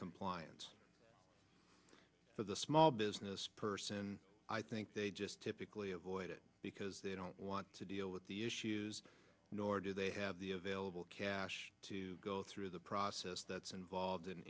compliance for the small business person i think they just typically avoid it because they don't want to deal with the issues nor do they have the available cash to go through the process that's involved in